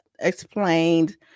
explained